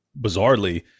bizarrely